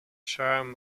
cheyenne